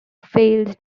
failed